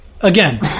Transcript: again